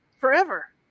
forever